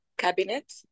cabinet